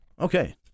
Okay